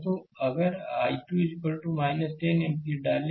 तो अगर I2 10 ampere डालें